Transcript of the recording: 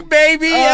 baby